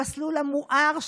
למסלול המואר שלה,